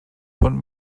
von